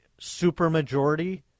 supermajority